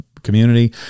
community